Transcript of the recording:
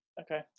okay